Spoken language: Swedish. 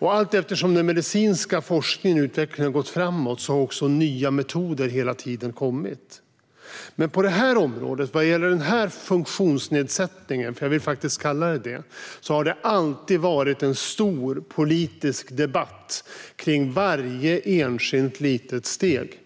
Allteftersom den medicinska forskningen och utvecklingen har gått framåt har också nya metoder hela tiden kommit. Men på det här området och vad gäller den här funktionsnedsättningen, för jag vill faktiskt kallade det för det, har det alltid varit en stor politisk debatt kring varje enskilt litet steg.